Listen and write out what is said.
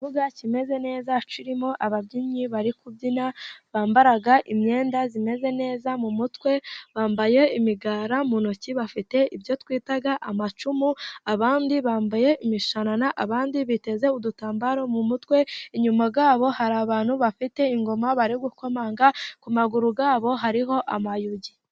Ikibuga kimeze neza kirimo ababyinnyi bari kubyina bambara imyenda imeze neza mu mutwe bambaye imigara ,mu ntoki bafite ibyo twita amacumu, abandi bambaye imishanana ,abandi biteze udutambaro mu mutwe, inyuma yabo hari abantu bafite ingoma bari gukomanga ,ku maguru yabo hariho amayugi.